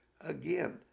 Again